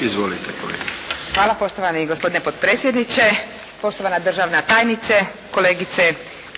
Ingrid (SDP)** Hvala poštovani gospodine potpredsjedniče, poštovana državna tajnice, kolegice